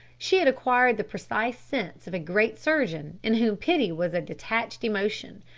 she had acquired the precise sense of a great surgeon in whom pity was a detached emotion,